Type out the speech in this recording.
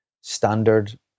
standard